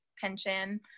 pension